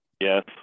yes